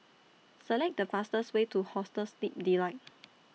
Select The fastest Way to Hostel Sleep Delight